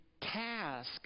task